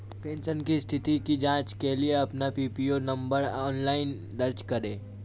pension की स्थिति की जांच के लिए अपना पीपीओ नंबर ऑनलाइन दर्ज करें